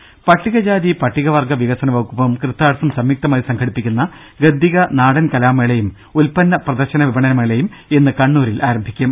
ദ്രദ പട്ടികജാതി പട്ടികവർഗ വികസന വകുപ്പും കിർത്താഡ്സും സംയുക്തമായി സംഘടിപ്പിക്കുന്ന ഗദ്ദിക നാടൻ കലാമേളയും ഉൽപന്ന പ്രദർശന വിപണനമേളയും ഇന്ന് കണ്ണൂരിൽ ആരംഭിക്കും